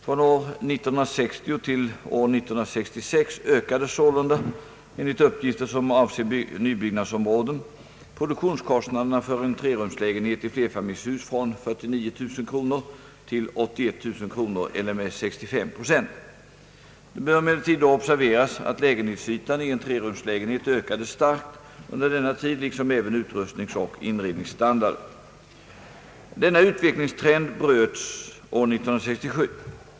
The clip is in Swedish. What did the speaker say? Från år 1960 till år 1966 ökade sålunda, enligt uppgifter som avser nybyggnadsområden, produktionskostnaderna för en trerumslägenhet i flerfamiljshus från 49 000 kr. till 81 000 kr. eller med 65 Yo. Det bör emellertid då observeras att lägenhetsytan i en 3-rumslägenhet ökade starkt under denna tid liksom även utrustningsoch inredningsstandarden. Denna utvecklingstrend bröts år 1967.